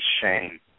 shame